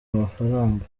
amafaranga